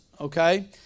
Okay